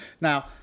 Now